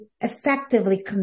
effectively